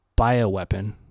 bioweapon